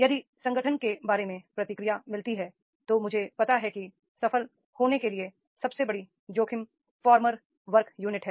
यदि संगठन के बारे में प्रतिक्रिया मिलती है तो मुझे पता है कि सफल होने के लिए सबसे बड़ी जोखिम फॉर्मर वर्क यूनिट है